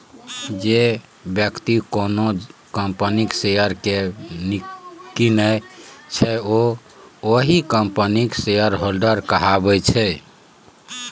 जे बेकती कोनो कंपनीक शेयर केँ कीनय छै ओ ओहि कंपनीक शेयरहोल्डर कहाबै छै